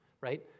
right